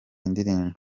ndirimbo